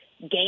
game